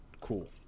Cool